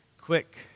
quick